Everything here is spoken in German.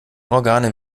organe